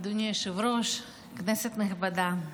אדוני היושב-ראש, כנסת נכבדה,